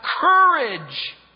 courage